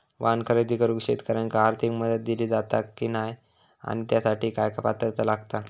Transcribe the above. वाहन खरेदी करूक शेतकऱ्यांका आर्थिक मदत दिली जाता की नाय आणि त्यासाठी काय पात्रता लागता?